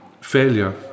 failure